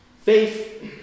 faith